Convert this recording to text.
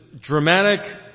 dramatic